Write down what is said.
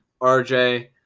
RJ